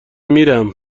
میرم